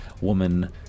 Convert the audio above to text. woman